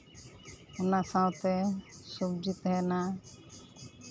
ᱚᱱᱟ ᱥᱟᱶᱛᱮ ᱥᱚᱵᱽᱡᱤ ᱛᱟᱦᱮᱱᱟ